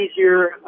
easier